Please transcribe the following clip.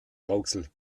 rauxel